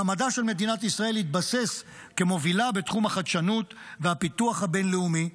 מעמדה של מדינת ישראל התבסס כמובילה בתחום החדשנות והפיתוח הבין-לאומי,